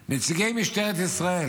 לנציגי משטרת ישראל,